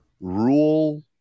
rule